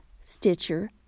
Stitcher